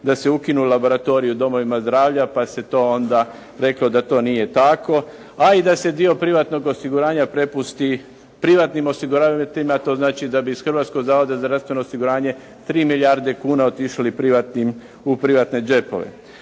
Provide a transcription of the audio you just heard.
da se ukinu laboratoriji u domovima zdravlja, pa se to onda reklo da to nije tako, a i da se dio privatnog osiguranja prepusti privatnim osiguravateljima. To znači da bi iz Hrvatskog zavoda za zdravstveno osiguranje 3 milijarde kuna otišli u privatne džepove.